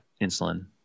insulin